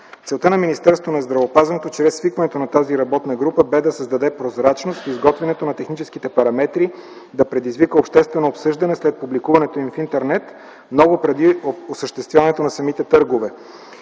Целта на Министерството на здравеопазването чрез свикването на тази работна група бе да създаде прозрачност в изготвянето на технически параметри, да предизвика обществено обсъждане след публикуването им в интернет, много преди осъществяването на самите търгове.